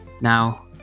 now